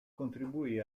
contribuì